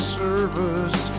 service